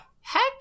Heck